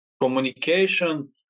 communication